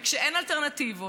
וכשאין אלטרנטיבות,